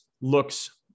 looks